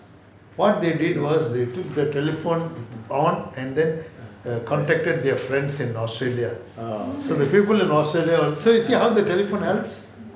what they did was they took the telephone on and then contacted their friends in australia so the people in australia also you see how the telephone helps